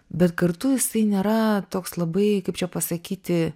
bet kartu jisai nėra toks labai kaip čia pasakyti